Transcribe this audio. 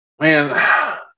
Man